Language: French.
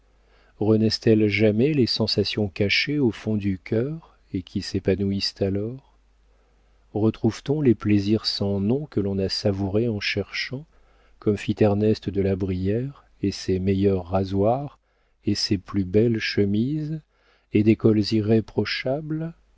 renaissent elles jamais les sensations cachées au fond du cœur et qui s'épanouissent alors retrouve t on les plaisirs sans nom que l'on a savourés en cherchant comme fit ernest de la brière et ses meilleurs rasoirs et ses plus belles chemises et des cols irréprochables